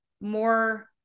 more